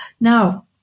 Now